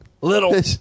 little